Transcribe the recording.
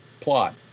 plot